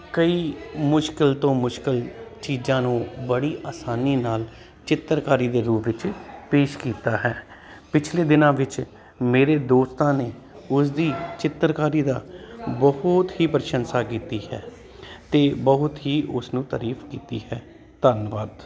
ਕਈ ਮੁਸ਼ਕਿਲ ਤੋਂ ਮੁਸ਼ਕਿਲ ਚੀਜ਼ਾਂ ਨੂੰ ਬੜੀ ਆਸਾਨੀ ਨਾਲ ਚਿੱਤਰਕਾਰੀ ਦੇ ਰੂਪ ਵਿੱਚ ਪੇਸ਼ ਕੀਤਾ ਹੈ ਪਿਛਲੇ ਦਿਨਾਂ ਵਿੱਚ ਮੇਰੇ ਦੋਸਤਾਂ ਨੇ ਉਸਦੀ ਚਿੱਤਰਕਾਰੀ ਦਾ ਬਹੁਤ ਹੀ ਪ੍ਰਸ਼ੰਸਾ ਕੀਤੀ ਹੈ ਅਤੇ ਬਹੁਤ ਹੀ ਉਸਨੂੰ ਤਾਰੀਫ ਕੀਤੀ ਹੈ ਧੰਨਵਾਦ